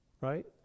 right